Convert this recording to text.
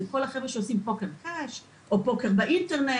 זה כל החבר'ה שעושים פוקר קש או פוקר באינטרנט,